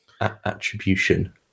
attribution